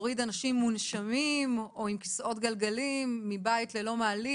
להוריד אנשים מונשמים או עם כיסאות גלגלים מבית ללא מעלית.